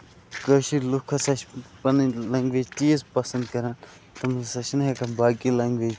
کٲشِر لُکھ ہسا چھِ پَنٕنۍ لینگویج تیٖژ پَسند کران تِم ہسا چھِنہٕ ہٮ۪کان باقی لینگویج